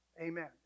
Amen